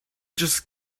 just